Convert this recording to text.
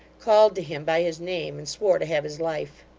called to him by his name, and swore to have his life.